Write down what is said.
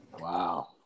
Wow